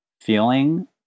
feeling